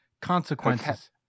Consequences